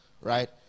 Right